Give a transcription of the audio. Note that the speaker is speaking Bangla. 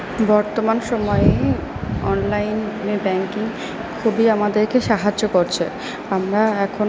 বর্তমান সময়ে অনলাইন ব্যাঙ্কিং খুবই আমাদেরকে সাহায্য করছে আমরা এখন